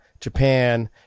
Japan